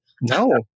No